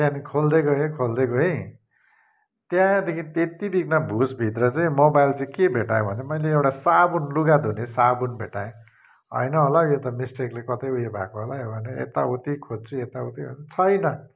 त्यहाँदेखि खोल्दै गएँ खोल्दै गएँ त्यहाँदेखि त्यति बिघ्न भुसभित्र चाहिँ मोबाइल चाहिँ के भेट्टाएँ भने मैले एउटा साबुन लुगा धुने साबुन भेट्टाएँ होइन होला हौ यो त मिस्टेकली कतै उयो भएको होला भन्यो यता उति खोज्छु यता उति खोज्छु छैन